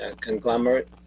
conglomerate